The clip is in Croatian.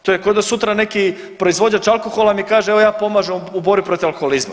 To je ko da sutra neki proizvođač alkohola mi kaže evo ja pomažem u borbi protiv alkoholizma.